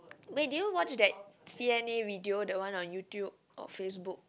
wait did you watch that C_N_A video the one on YouTube or FaceBook